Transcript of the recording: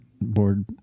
Board